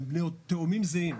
הם תאומים זהים,